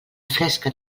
fresca